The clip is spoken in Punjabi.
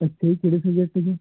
ਅੱਛਾ ਜੀ ਕਿਹੜੇ ਸਬਜੈਕਟ 'ਚ ਜੀ